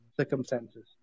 circumstances